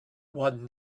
one